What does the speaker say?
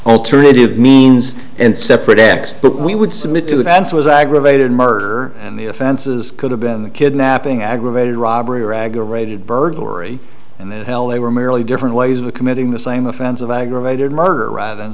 alternative means and separate acts but we would submit to that answer was aggravated murder and the offenses could have been the kidnapping aggravated robbery or ag aerated burglary and that hell they were merely different ways of committing the same offense of aggravated murder rather than